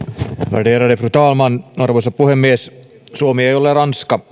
värderade fru talman arvoisa puhemies suomi ei ole ranska